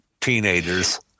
teenagers